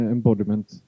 Embodiment